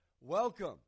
Welcome